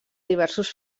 diversos